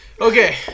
Okay